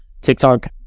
TikTok